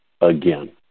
again